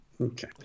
Okay